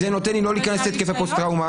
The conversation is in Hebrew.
זה נותן לי לא להיכנס להתקף פוסט-טראומה.